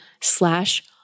slash